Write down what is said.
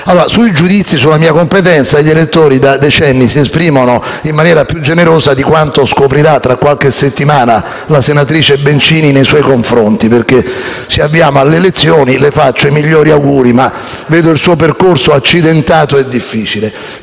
Sui giudizi sulla mia competenza gli elettori da decenni si esprimono in maniera più generosa di quanto scoprirà tra qualche settimana la senatrice Bencini nei suoi confronti. Ci avviamo infatti alle elezioni e io le faccio i migliori auguri, ma vedo il suo percorso accidentato e difficile.